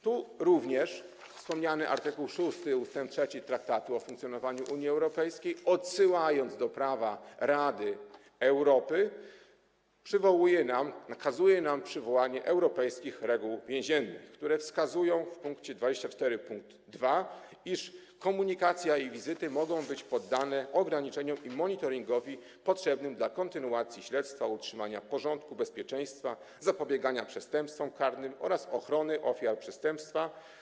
Tu również wspomniany art. 6 ust. 3 Traktatu o funkcjonowaniu Unii Europejskiej, odsyłając do prawa Rady Europy, nakazuje nam przywołanie europejskich reguł więziennych, które wskazują w pkt 24.2, iż komunikacja i wizyty mogą być poddane ograniczeniu i monitoringowi potrzebnym dla kontynuacji śledztwa, utrzymania porządku, bezpieczeństwa, zapobiegania przestępstwom karnym oraz ochrony ofiar przestępstwa.